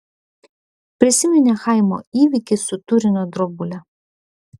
prisiminė chaimo įvykį su turino drobule